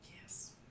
Yes